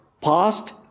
past